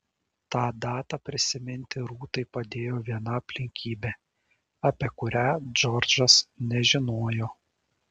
tą datą prisiminti rūtai padėjo viena aplinkybė apie kurią džordžas nežinojo